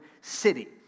city